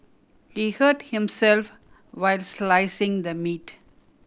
he hurt himself while slicing the meat